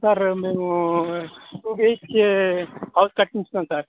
sir మేము two BHK house కట్టించాం sir